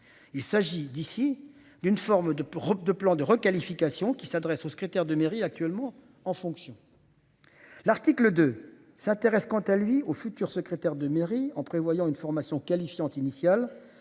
il s'agit d'ici d'une forme de robes de plan de requalification qui s'adresse au secrétaire de mairie actuellement en fonction. L'article 2 s'intéresse quant à lui au futur secrétaire de mairie en prévoyant une formation qualifiante initiale